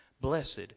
blessed